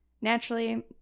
naturally